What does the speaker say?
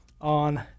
on